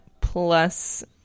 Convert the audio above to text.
plus